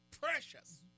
Precious